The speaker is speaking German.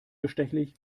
bestechlich